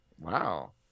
Wow